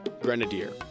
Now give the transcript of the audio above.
Grenadier